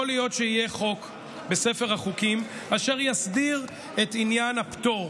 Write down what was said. יכול להיות שיהיה חוק בספר החוקים אשר יסדיר את עניין הפטור.